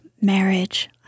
Marriage